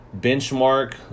benchmark